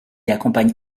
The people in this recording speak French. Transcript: accompagne